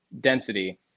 density